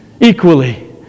equally